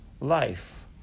life